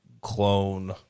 clone